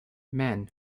men